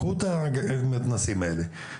קחו את המתנ"סים האלה,